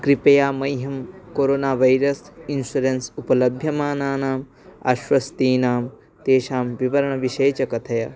कृपया मह्यं corona virus insurance उपलभ्यमानानाम् आश्वस्तीनां तेषां विवरणविषये च कथय